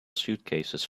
suitcases